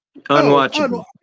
Unwatchable